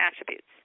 attributes